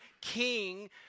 king